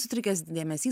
sutrikęs dėmesys